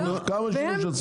כמה כבר צריך לשימוש עצמי?